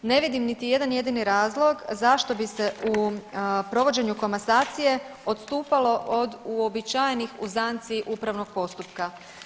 Ne vidim niti jedan jedini razlog zašto bi se u provođenju komasacije odstupalo od uobičajenih uzanci upravnog postupka.